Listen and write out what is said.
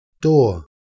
Door